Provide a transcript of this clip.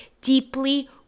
deeply